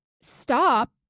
stop